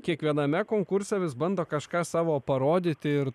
kiekviename konkurse vis bando kažką savo parodyti ir